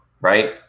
Right